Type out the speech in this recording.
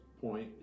point